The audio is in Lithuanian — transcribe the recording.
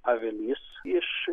avilys iš